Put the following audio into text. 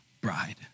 bride